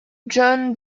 john